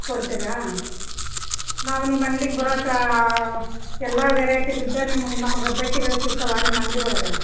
ಕೊಡ್ತೀರಾ ನಾವು ನಿಮ್ಮ ಅಂಗ್ಡಿಗೆ ಬರಾಕೆ ಎಲ್ಲ ವೆರೇಟಿಲ್ಲಿದ್ದ ನಿಮ್ಗ ನಮಗೆ ಬಟ್ಟೆಗಳು ಸಿಗ್ತಾವ ನಿಮ್ಮ ಅಂಗಡಿ ಒಳಗೆ